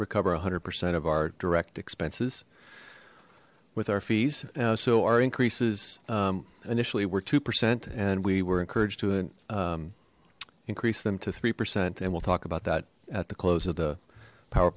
recover a hundred percent of our direct expenses with our fees so our increases initially were two percent and we were encouraged to increase them to three percent and we'll talk about that at the close of the power